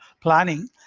planning